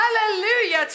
Hallelujah